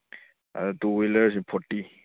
two ꯍ꯭ꯋꯤꯂꯔꯁꯤ forty